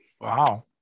Wow